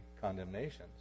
condemnations